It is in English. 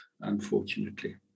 unfortunately